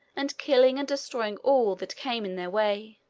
and killing and destroying all that came in their way.